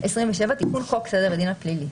27. תיקון חוק סדר הדין הפלילי.